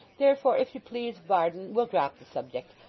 therefore, if you please, varden, we'll drop the subject.